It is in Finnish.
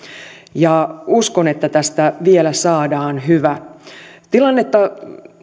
ja uskon että tästä vielä saadaan hyvä tilannetta